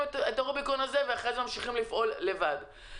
את הרוביקון הזה ואחרי זה ממשיכים לפעול לבד.